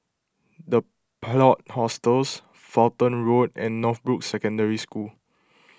the Plot Hostels Fulton Road and Northbrooks Secondary School